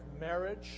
marriage